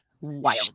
wild